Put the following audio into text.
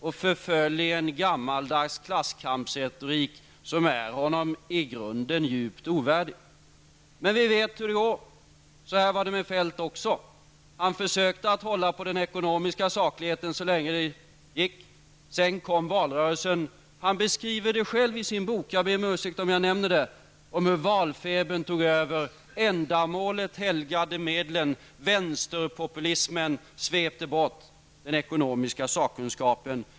Han förföll i en gammaldags klasskampsretorik som i grunden är honom djup ovärdig. Vi vet emellertid hur det går, och hur det gick med Feldt. Han försökte att hålla sig till den ekonomiska sakligheten så länge det gick. Sedan kom valrörelsen. I sin bok beskriver han -- jag ber om ursäkt för att jag nämner det -- hur valfebern tog över. Ändamålet helgade medlen. Vänsterpopulismen svepte bort den ekonomiska sakkunskapen.